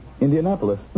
Indianapolis